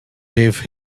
gave